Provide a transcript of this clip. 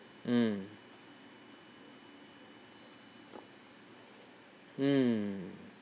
mm mm